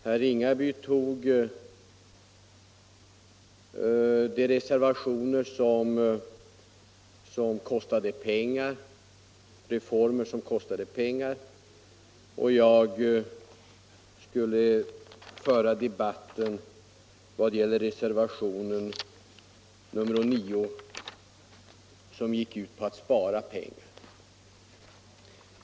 Herr Ringaby tog de reservationer som kostar pengar därför att de gäller reformer, och jag skulle föra debatten kring reservationen 9, som går ut på att spara pengar.